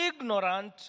ignorant